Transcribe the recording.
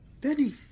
Benny